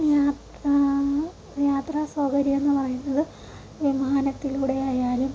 യാത്രാ സൗകര്യങ്ങൾ വിമാനത്തിലൂടെ ആയാലും